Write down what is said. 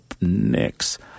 next